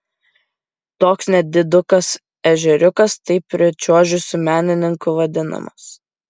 toks nedidukas ežeriukas taip pričiuožusių menininkų vadinamas